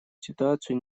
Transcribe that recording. ситуацию